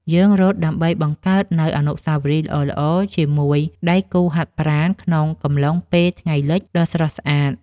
យើងរត់ដើម្បីបង្កើតនូវអនុស្សាវរីយ៍ល្អៗជាមួយដៃគូហាត់ប្រាណក្នុងកំឡុងពេលថ្ងៃលិចដ៏ស្រស់ស្អាត។